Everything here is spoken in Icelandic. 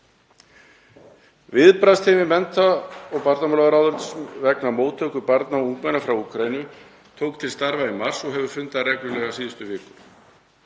Viðbragðsteymi mennta- og barnamálaráðherra, vegna móttöku barna og ungmenna frá Úkraínu, tók til starfa í mars og hefur fundað reglulega síðustu vikur.